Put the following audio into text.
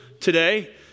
today